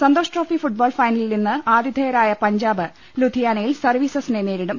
Santhosh trophy football ഫൈനലിൽ ഇന്ന് ആതി ഥേയരായ പഞ്ചാബ് ലുധിയാനയിൽ സർവ്വീസസിനെ നേരി ടും